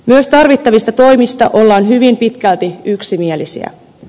myös tarvittavista toimista ollaan hyvin pitkälti yksimielisiä